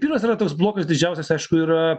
pirmas yra tas blokas didžiausias aišku yra